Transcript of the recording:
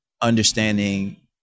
understanding